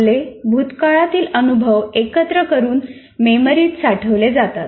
आपले भूतकाळातील अनुभव एकत्र करून मेमरीत साठवले जातात